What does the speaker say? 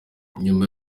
nyuma